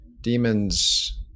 Demons